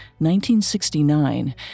1969